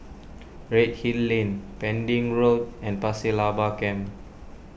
Redhill Lane Pending Road and Pasir Laba Camp